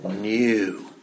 new